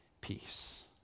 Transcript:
peace